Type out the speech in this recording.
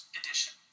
edition